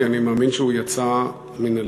כי אני מאמין שהוא יצא מן הלב.